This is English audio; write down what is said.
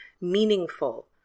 meaningful